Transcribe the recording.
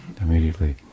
immediately